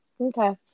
Okay